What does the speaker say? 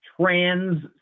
trans